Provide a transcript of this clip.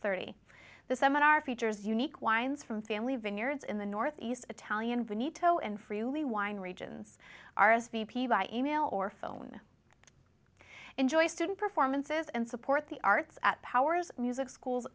thirty the seminar features unique wines from family vineyards in the northeast italian bonito and freely wine regions r s v p by email or phone enjoy student performances and support the arts at powers music school